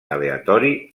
aleatori